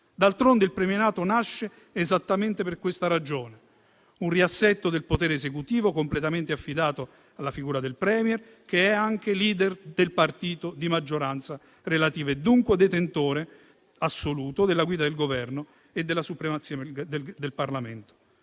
D'altronde il premierato nasce esattamente per questa ragione: un riassetto del potere esecutivo completamente affidato alla figura del *Premier*, che è anche *leader* del partito di maggioranza relativa e dunque detentore assoluto della guida del Governo e della supremazia del Parlamento.